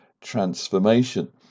transformation